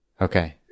Okay